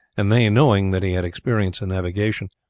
and they, knowing that he had experience in navigation,